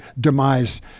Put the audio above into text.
demise